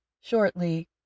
shortly